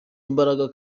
imbaraga